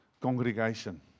congregation